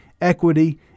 equity